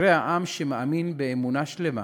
אשרי העם שמאמין באמונה שלמה